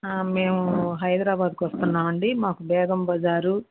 మేము హైదరాబాద్కి వస్తున్నామండి మాకు బేగం బజారు